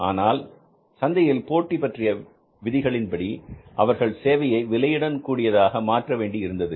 ஆனால் சந்தையின் போட்டி பற்றிய விதிகளின்படி அவர்கள் சேவையை விலையுடன் கூடியதாக மாற்ற வேண்டி இருந்தது